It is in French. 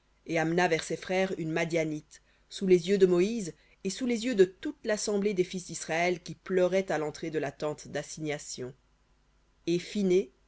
et amena vers ses frères une madianite sous les yeux de moïse et sous les yeux de toute l'assemblée des fils d'israël qui pleuraient à l'entrée de la tente dassignation et